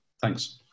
Thanks